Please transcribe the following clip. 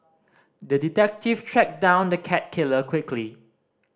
the detective tracked down the cat killer quickly